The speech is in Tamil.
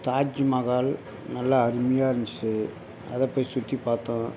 தாஜ்மஹால் நல்லா அருமையாக இருந்துச்சு அதைப்போய் சுற்றிப் பார்த்தோம்